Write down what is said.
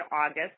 August